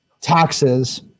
taxes